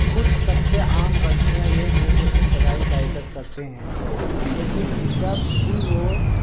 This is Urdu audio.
کچھ سب سے عام غلطیاں یہ ہیں جو ابتدائی بائکرز کرتے ہیں جیسے کہ جب بھی وہ